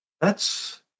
thats